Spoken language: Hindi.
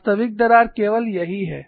वास्तविक दरार केवल यही है